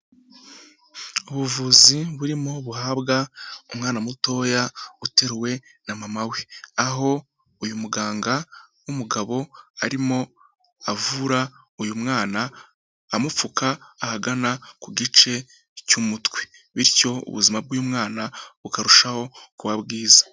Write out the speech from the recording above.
Ubuvuzi burimo buhabwa umwana mutoya uteruwe na mama we, aho uyu muganga w'umugabo arimo avura uyu mwana amupfuka ahagana ku gice cy'umutwe bityo ubuzima bw'uyu mwana bukarushaho kuba bwiza.